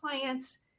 clients